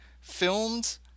filmed